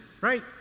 right